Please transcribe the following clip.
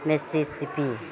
mississippi